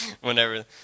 whenever